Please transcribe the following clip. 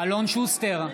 אלון שוסטר,